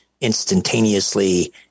instantaneously